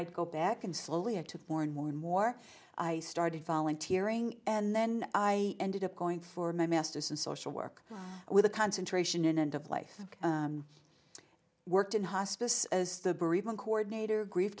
i'd go back and slowly i took more and more and more i started volunteering and then i ended up going for my master's in social work with a concentration in end of life i worked in hospice as the bereavement coordinator grief